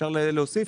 אפשר להוסיף.